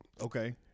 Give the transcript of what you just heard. Okay